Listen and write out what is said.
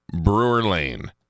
Brewer-Lane